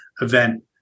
event